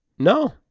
No